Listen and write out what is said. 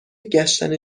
گشتن